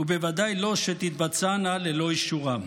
ובוודאי לא שתתבצענה ללא אישורם.